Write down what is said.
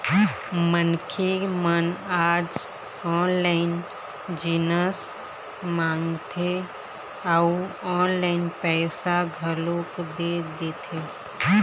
मनखे मन आज ऑनलाइन जिनिस मंगाथे अउ ऑनलाइन पइसा घलोक दे देथे